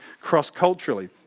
cross-culturally